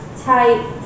tight